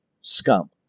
scum